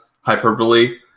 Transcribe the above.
hyperbole